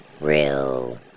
real